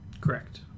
Correct